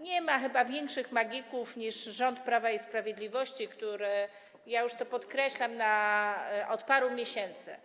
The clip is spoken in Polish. Nie ma chyba większych magików niż rząd Prawa i Sprawiedliwości, który, podkreślam to już od paru miesięcy,